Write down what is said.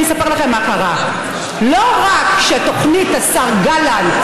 אני אספר לכם מה קרה: לא רק שתוכנית השר גלנט